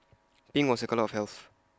pink was A colour of health